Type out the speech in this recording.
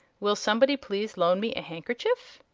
will somebody please loan me a handkerchief?